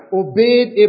obeyed